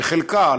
בחלקה,